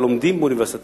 חבר הכנסת מאיר שטרית.